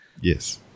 Yes